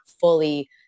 fully